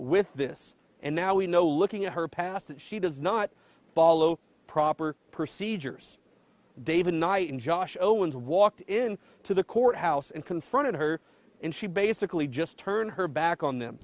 with this and now we know looking at her past that she does not follow proper procedures david knight and josh owens walked in to the courthouse and confronted her and she basically just turned her back on them